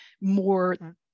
more